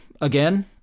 again